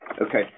Okay